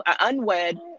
unwed